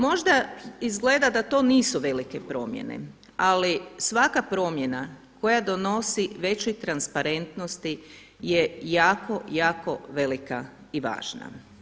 Možda izgleda da to nisu velike promjene, ali svaka promjena koja donosi veću transparentnost je jako, jako velika i važna.